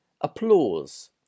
applause